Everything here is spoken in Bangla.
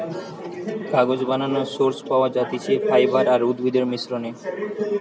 কাগজ বানানোর সোর্স পাওয়া যাতিছে ফাইবার আর উদ্ভিদের মিশ্রনে